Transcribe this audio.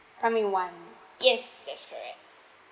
primary one yes that's correct